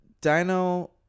Dino